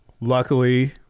luckily